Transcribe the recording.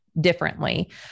differently